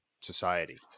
society